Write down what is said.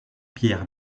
pierre